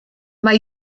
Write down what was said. mae